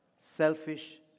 Selfish